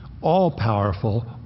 all-powerful